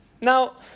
Now